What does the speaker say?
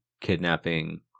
kidnapping